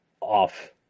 off